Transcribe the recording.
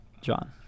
John